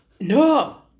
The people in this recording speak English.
No